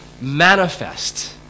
manifest